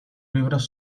libros